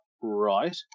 Right